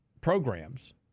programs